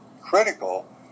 critical